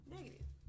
Negative